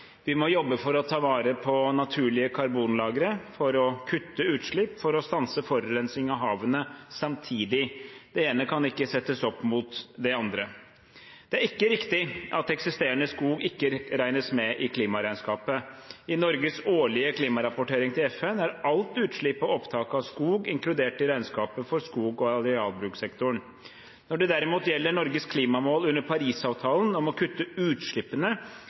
Vi må jobbe for å ta vare på naturlige karbonlagre for å kutte utslipp og for å stanse forurensning av havet samtidig. Det ene kan ikke settes opp mot det andre. Det er ikke riktig at eksisterende skog ikke regnes med i klimaregnskapet. I Norges årlige klimarapportering til FN er alt utslipp og opptak av skog inkludert i regnskapet for skog og arealbrukssektoren. Når det derimot gjelder Norges klimamål under Parisavtalen, om å kutte utslippene